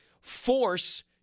force